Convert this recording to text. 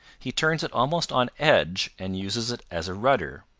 he turns it almost on edge and uses it as a rudder.